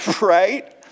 right